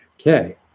Okay